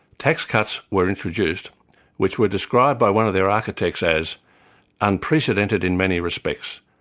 tax cuts were introduced which were described by one of their architects as unprecedented in many respects,